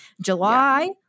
July